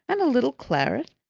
and a little claret,